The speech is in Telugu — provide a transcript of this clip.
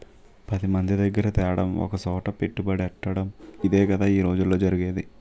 పదిమంది దగ్గిర తేడం ఒకసోట పెట్టుబడెట్టటడం ఇదేగదా ఈ రోజుల్లో జరిగేది